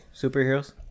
Superheroes